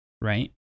right